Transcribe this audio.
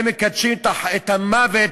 הם מקדשים את המוות.